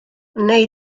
wnei